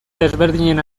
desberdinen